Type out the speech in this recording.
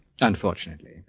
Unfortunately